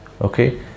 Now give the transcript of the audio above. Okay